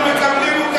אנחנו מקבלים,